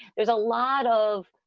there's a lot of.